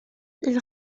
ils